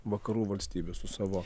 vakarų valstybių su savo